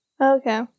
Okay